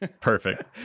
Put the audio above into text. Perfect